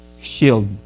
shield